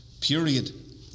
period